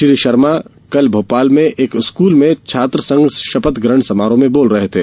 श्री शर्मा कल भोपाल में एक स्कूल में छात्र संघ शपथ ग्रहण समारोह में बोल रहे थे